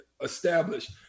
established